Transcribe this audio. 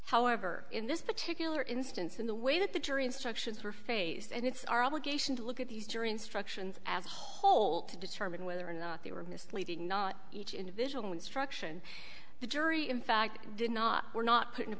however in this particular instance in the way that the jury instructions were faced and it's our obligation to look at these jury instructions as a whole to determine whether or not they were misleading not each individual instruction the jury in fact did not were not put in a